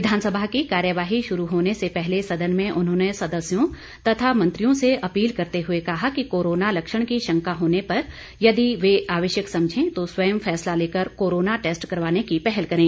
विधानसभा की कार्यवाही शुरू होने से पहले सदन में उन्होंने सदस्यों तथा मंत्रियों से अपील करते हुए कहा कि कोरोना लक्षण की शंका होने पर यदि वह आवश्यक समझें तो स्वयं फैसला लेकर कोरोना टेस्ट करवाने की पहल करें